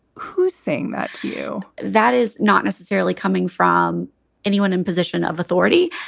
who's saying that to you? that is not necessarily coming from anyone in position of authority.